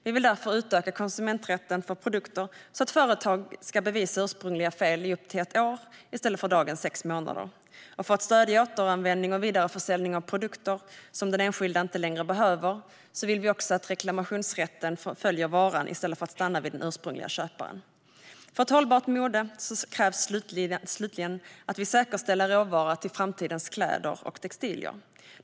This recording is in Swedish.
Vi vill därför utöka konsumenträtten för produkter så att företag ska bevisa ursprungliga fel i upp till ett år i stället för dagens sex månader. För att stödja återanvändning och vidareförsäljning av produkter som den enskilda inte längre behöver vill vi också att reklamationsrätten följer varan i stället för att stanna vid den ursprungliga köparen. För ett hållbart mode krävs slutligen att vi säkerställer råvara till framtidens kläder och textilier.